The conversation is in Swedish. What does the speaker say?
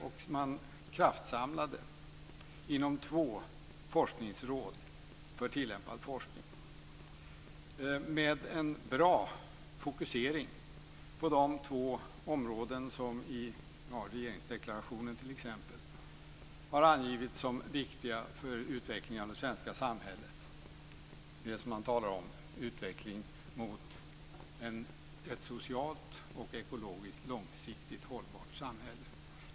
Man samlade kraften i två forskningsråd för tillämpad forskning, med en bra fokusering på de två områden som i t.ex. regeringsdeklarationen har angivits som viktiga för utvecklingen av det svenska samhället. Man talar ju om en utveckling mot ett socialt och ekologiskt långsiktigt hållbart samhälle.